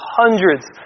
hundreds